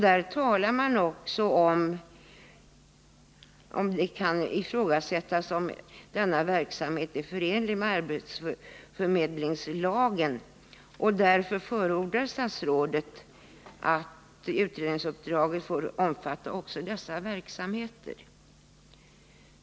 Där talar man också om huruvida det kan ifrågasättas om denna verksamhet är förenlig med arbetsförmedlingslagen, och statsrådet förordar att utredningsuppdraget får omfatta även dessa verksamheter.